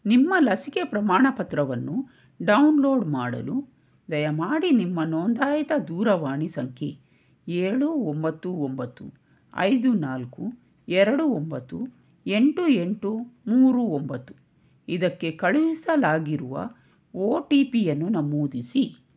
ನಿಮ್ಮ ಲಸಿಕೆ ಪ್ರಮಾಣಪತ್ರವನ್ನು ಡೌನ್ಲೋಡ್ ಮಾಡಲು ದಯಮಾಡಿ ನಿಮ್ಮ ನೋಂದಾಯಿತ ದೂರವಾಣಿ ಸಂಖ್ಯೆ ಏಳು ಒಂಬತ್ತು ಒಂಬತ್ತು ಐದು ನಾಲ್ಕು ಎರಡು ಒಂಬತ್ತು ಎಂಟು ಎಂಟು ಮೂರು ಒಂಬತ್ತು ಇದಕ್ಕೆ ಕಳುಹಿಸಲಾಗಿರುವ ಒ ಟಿ ಪಿಯನ್ನು ನಮೂದಿಸಿ